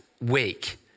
week